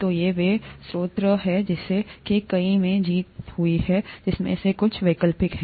तो ये वे स्रोत हैं जिनमें से कई में जीत हुई और जिनमें से कुछ वैकल्पिक हैं